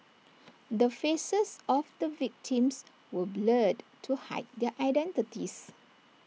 the faces of the victims were blurred to hide their identities